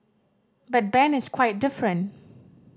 but Ben is quite different